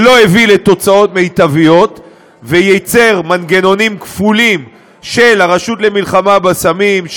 שלא הביא לתוצאות מיטביות ויצר מנגנונים כפולים של הרשות למלחמה בסמים,